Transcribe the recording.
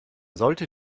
sollte